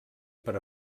per